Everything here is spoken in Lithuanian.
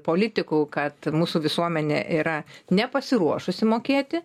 politikų kad mūsų visuomenė yra nepasiruošusi mokėti